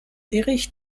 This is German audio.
erich